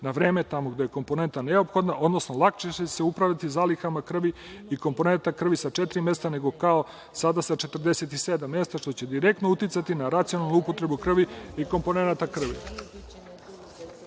na vreme tamo gde je komponenta neophodna, odnosno lakše će se upravljati zalihama krvi i komponenata krvi sa četiri mesta, nego sada sa 47 mesta, što će direktno uticati na racionalnu upotrebu krvi i komponenata krvi.U